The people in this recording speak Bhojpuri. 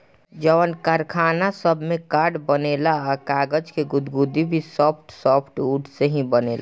जवन कारखाना सब में कार्ड बनेला आ कागज़ के गुदगी भी सब सॉफ्टवुड से ही बनेला